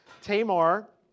Tamar